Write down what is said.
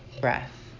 breath